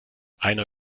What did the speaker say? einer